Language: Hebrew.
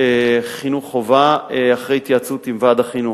חינוך חובה, אחרי התייעצות עם ועד החינוך.